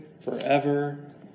forever